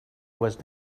was